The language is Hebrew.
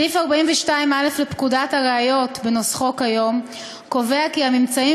סעיף 42א לפקודת הראיות בנוסחו כיום קובע כי "הממצאים